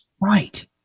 Right